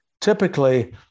Typically